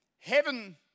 Heaven